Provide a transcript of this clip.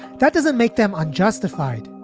that doesn't make them unjustified.